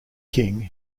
king